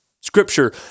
Scripture